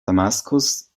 damaskus